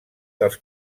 dels